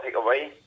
takeaway